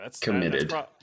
committed